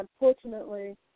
unfortunately